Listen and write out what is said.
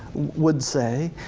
would say,